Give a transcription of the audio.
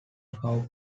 how